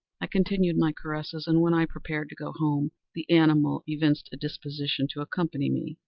i continued my caresses, and, when i prepared to go home, the animal evinced a disposition to accompany me.